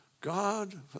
god